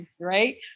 right